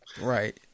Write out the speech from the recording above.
Right